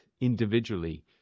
individually